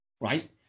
right